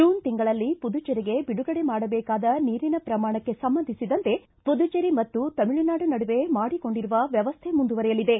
June ತಿಂಗಳಲ್ಲಿ ಪುದುಚೇರಿಗೆ ಬಿಡುಗಡೆ ಮಾಡಬೇಕಾದ ನೀರಿನ ಪ್ರಮಾಣಕ್ಷೆ ಸಂಬಂಧಿಸಿದಂತೆ ಪುದುಚೇರಿ ಮತ್ತು ತಮಿಳುನಾಡು ನಡುವೆ ಮಾಡಿಕೊಂಡಿರುವ ವ್ಯವಸ್ಥೆ ಮುಂದುವರೆಯಲಿದೆ